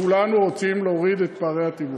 כולנו רוצים להוריד את פערי התיווך.